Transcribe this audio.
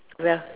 ya